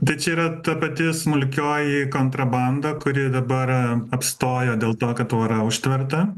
bet čia yra ta pati smulkioji kontrabanda kuri dabar apstojo dėl to kad tvora užtverta